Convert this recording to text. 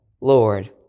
Lord